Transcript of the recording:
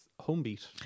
Homebeat